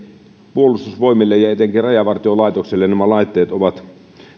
puolustusvoimille ja etenkin rajavartiolaitokselle nämä laitteet ovat